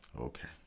Okay